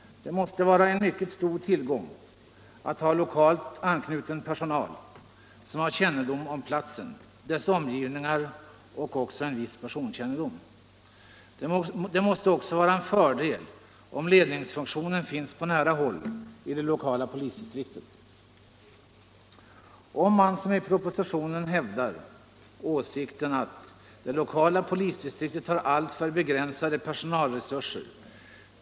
Det måste vara en mycket stor tillgång att ha lokalt anknuten personal som har kännedom om platsen och om dess omgivningar liksom en viss personkännedom. Det måste också vara en fördel att ledningsfunktionen finns på nära håll i det lokala polisdistriktet. I propositionen hävdas åsikten att det lokala polisdistriktet har alltför begränsade personalresurser.